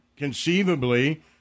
conceivably